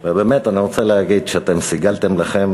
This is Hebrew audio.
ובאמת, אני רוצה להגיד שאתם סיגלתם לכם